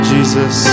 Jesus